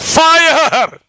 fire